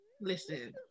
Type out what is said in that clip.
Listen